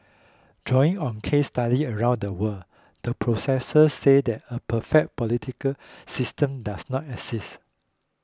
drawing on case study around the world the professor said that a perfect political system does not exist